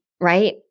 right